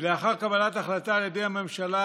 לאחר קבלת החלטה על ידי הממשלה,